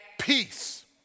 peace